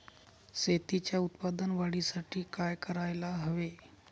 शेतीच्या उत्पादन वाढीसाठी काय करायला हवे?